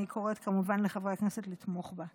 אני קוראת, כמובן, לחברי הכנסת לתמוך בה.